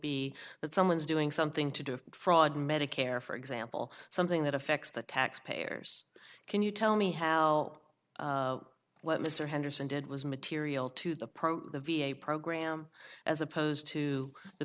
be that someone's doing something to do fraud in medicare for example something that affects the taxpayers can you tell me how what mr henderson did was material to the program the v a program as opposed to the